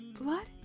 blood